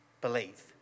Believe